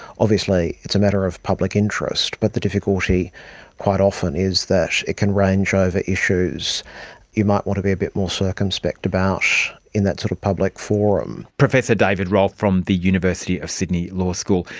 obviously it's a matter of public interest, but the difficulty quite often is that it can range over issues you might want to be a bit more circumspect about in that sort of public forum. professor david rolph from the university of sydney law school.